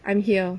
I'm here